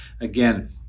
Again